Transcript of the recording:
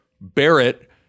Barrett